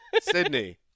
Sydney